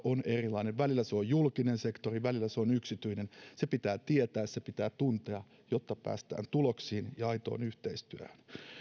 on erilainen välillä se on julkinen sektori välillä se on yksityinen se pitää tietää se pitää tuntea jotta päästään tuloksiin ja aitoon yhteistyöhön